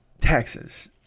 taxes